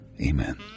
Amen